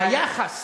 היחס